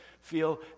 feel